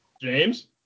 James